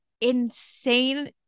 insane